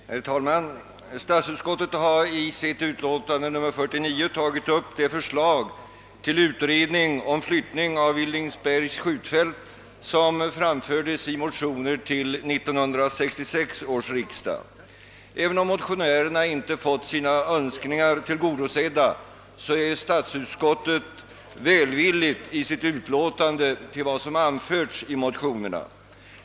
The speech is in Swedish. Herr talman! Statsutskottet har i sitt utlåtande nr 49 tagit upp det förslag till utredning om flyttning av Villingsbergs skjutfält, som framfördes i motioner till 1966 års riksdag. även om motionärerna inte fått sina Önskningar tillgodosedda, så är ändock statsutskottet välvilligt i sitt utlåtande till vad som anförts i motionerna.